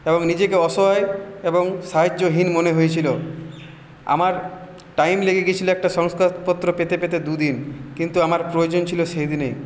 এবং নিজেকে অসহায় এবং সাহায্যহীন মনে হয়েছিলো আমার টাইম লেগে গেছিলো একটা শংসাপত্র পেতে পেতে দুদিন কিন্তু আমার প্রয়োজন ছিল সেদিনেই